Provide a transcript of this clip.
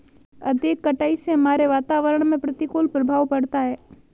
अधिक कटाई से हमारे वातावरण में प्रतिकूल प्रभाव पड़ता है